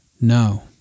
No